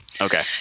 Okay